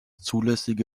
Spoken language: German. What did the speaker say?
zulässige